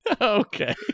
Okay